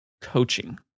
coaching